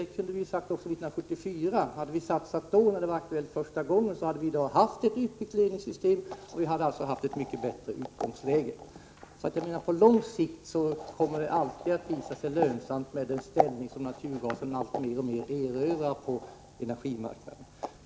Hade vi satsat pengar då, när det var aktuellt för första gången, hade vi i dag haft ett utbyggt ledningssystem, och vi hade haft ett mycket bättre utgångsläge. På lång sikt kommer det alltid att visa sig lönsamt med naturgasen allteftersom den erövrar energimarknaden.